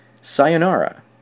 Sayonara